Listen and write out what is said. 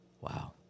Wow